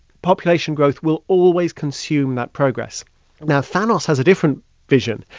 population growth will always consume that progress now, thanos has a different vision.